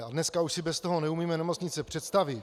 A dneska už si bez toho neumíme nemocnice představit.